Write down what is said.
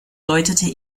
deutete